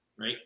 right